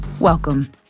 welcome